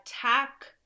attack